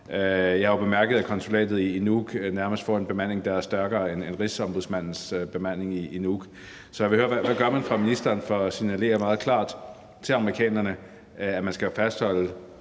Jeg har jo bemærket, at konsulatet i Nuuk nærmest får en bemanding, der er stærkere end Rigsombudsmandens bemanding i Nuuk. Så jeg vil høre, hvad man gør fra ministerens side for at signalere meget klart til amerikanerne, at man jo skal fastholde